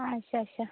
ᱟᱪᱪᱷᱟ ᱟᱪᱪᱷᱟ